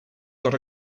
got